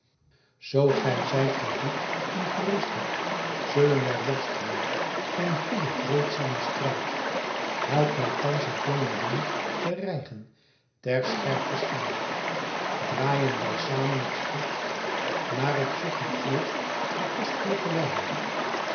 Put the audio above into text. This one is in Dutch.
zoo gij zijt gevoed en gerust hebt zullen wij worstelen in goeden vreedzamen strijd help mij thans het jonge rund te rijgen ter scherpe staaf draaien wij samen het spit maar ik zoek u éerst den kostlijken wijn